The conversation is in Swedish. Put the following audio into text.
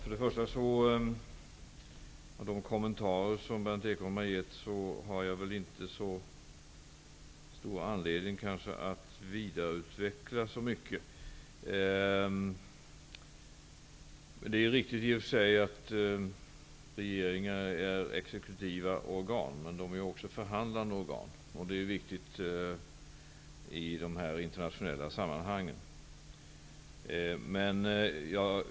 Herr talman! Efter Berndt Ekholms kommentarer här har jag nog inte särskilt stor anledning att vidareutveckla dessa frågor. Det är riktigt att regeringar är exekutiva organ. Men regeringar är också förhandlande organ, vilket är viktigt i sådana här internationella sammanhang.